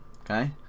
okay